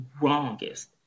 wrongest